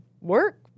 work